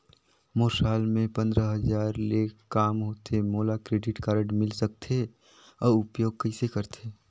मोर साल मे पंद्रह हजार ले काम होथे मोला क्रेडिट कारड मिल सकथे? अउ उपयोग कइसे करथे?